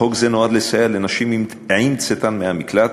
חוק זה נועד לסייע לנשים עם צאתן מהמקלט